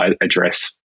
address